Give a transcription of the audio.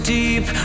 deep